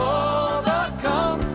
overcome